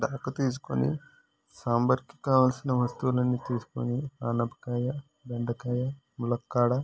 సాంబార్కి కావలసిన వస్తువులన్నీ తీసుకొని అనపకాయ బెండకాయ ములక్కాడ